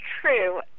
true